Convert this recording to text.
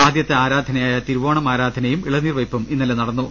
ആദ്യത്തെ ആരാധനയായ തിരു വോണം ആരാധനയും ഇളനീർവെപ്പും ഇന്നലെ നടന്നു